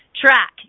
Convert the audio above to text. track